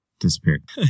disappeared